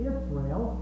Israel